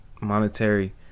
monetary